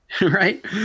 right